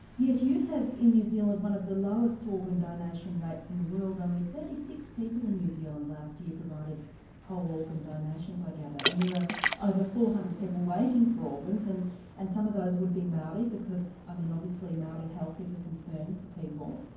yes, you have in new zealand one of the lowest organ donation rates in the world only thirty six people in new zealand last year provided whole organ donations i gather, and there are over four hundred people waiting for organs and and some of those would be maori because um obviously maori health is a concern for people.